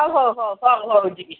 ହଉ ହଉ ହଉ ହଉ ହଉ ଯିବି